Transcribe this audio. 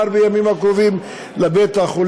הוא הועבר בימים האחרונים לבית-החולים.